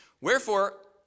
Wherefore